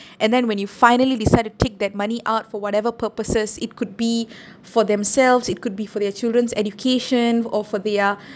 and then when you finally decide to take that money out for whatever purposes it could be for themselves it could be for their children's education or for their